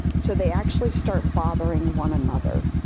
so they actually start bothering one another.